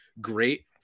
great